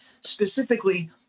specifically